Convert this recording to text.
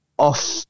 off